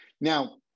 Now